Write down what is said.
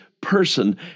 person